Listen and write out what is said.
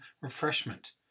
refreshment